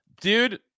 Dude